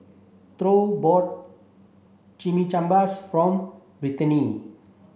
Thyra bought Chimichanbas from Brittani